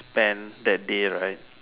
spend that day right